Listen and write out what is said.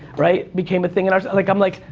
right? became a thing in our, like i'm like,